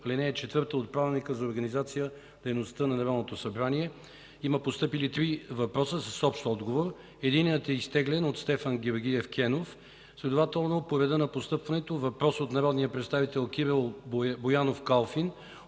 ал. 4 от Правилника за организацията и дейността на Народното събрание. Има постъпили три въпроса с общ отговор. Единият е изтеглен от Стефан Георгиев Кенов. Следователно по реда на постъпването: въпрос от народния представител Кирил Боянов Калфин